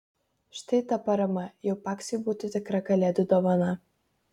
štai ta parama jau paksui būtų tikra kalėdų dovana